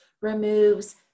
removes